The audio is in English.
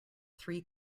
three